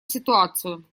ситуацию